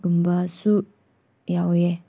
ꯒꯨꯝꯕꯁꯨ ꯌꯥꯎꯋꯦ